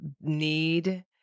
need